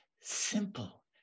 simple